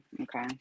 okay